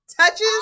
Touches